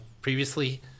previously